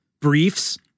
briefs